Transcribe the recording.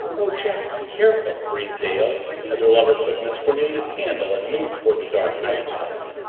oh, jack, be careful! breathed dale as her lover took miss cornelia's candle and moved toward the dark hiding-place.